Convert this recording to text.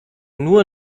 nur